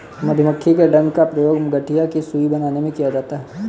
मधुमक्खी के डंक का प्रयोग गठिया की सुई बनाने में किया जाता है